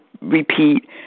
repeat